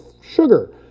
sugar